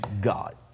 God